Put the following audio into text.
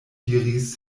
diris